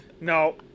no